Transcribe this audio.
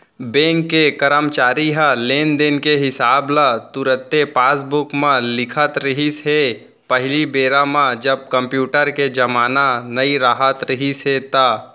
bank के करमचारी ह लेन देन के हिसाब ल तुरते पासबूक म लिखत रिहिस हे पहिली बेरा म जब कम्प्यूटर के जमाना नइ राहत रिहिस हे ता